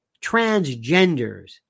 transgenders